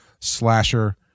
slasher